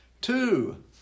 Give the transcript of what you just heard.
two